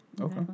okay